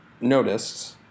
noticed